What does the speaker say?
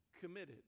committed